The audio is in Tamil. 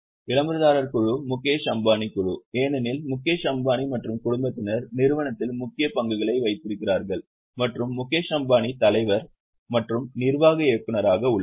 விளம்பரதாரர் குழு முகேஷ் அம்பானி குழு ஏனெனில் முகேஷ் அம்பானி மற்றும் குடும்பத்தினர் நிறுவனத்தில் முக்கிய பங்குகளை வைத்திருக்கிறார்கள் மற்றும் முகேஷ் அம்பானி தலைவர் மற்றும் நிர்வாக இயக்குநராக உள்ளார்